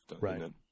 Right